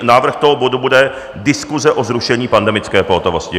Návrh toho bodu bude Diskuse o zrušení pandemické pohotovosti.